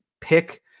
pick